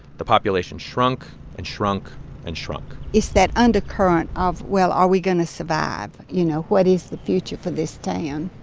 the population shrunk and shrunk and shrunk it's that undercurrent of, well, are we going to survive, you know? what is the future for this town?